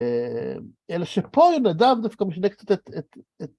אלא שפה יונדב דווקא משנה קצת את...